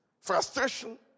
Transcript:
frustration